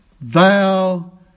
Thou